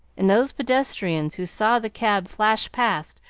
and those pedestrians who saw the cab flash past,